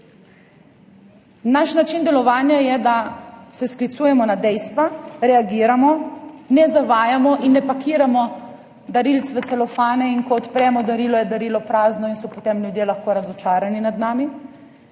Naš način delovanja je, da se sklicujemo na dejstva, reagiramo, ne zavajamo in ne pakiramo darilc v celofane, da ko odpremo darilo, je darilo prazno in so potem ljudje lahko razočarani nad nami.